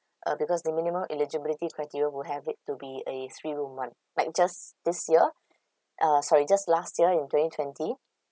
uh because the minimum eligibility criteria will have it to be a three room one like just this year uh sorry just last year in twenty twenty